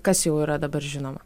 kas jau yra dabar žinoma